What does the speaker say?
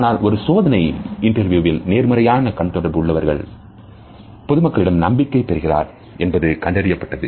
ஆனால் ஒரு சோதனை இன்டர்வியூவில் நேர்மறையான கண் தொடர்பு உள்ளவர் பொதுமக்களிடையே நம்பிக்கை பெறுகிறார் என்பது கண்டறியப்பட்டது